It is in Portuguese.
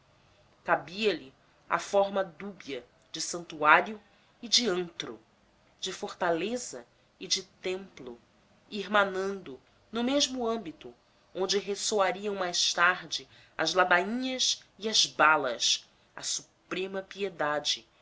crianças cabia lhe a forma dúbia de santuário e de antro de fortaleza e de templo irmanando no mesmo âmbito onde ressoariam mais tarde as ladainhas e as balas a suprema piedade